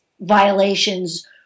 violations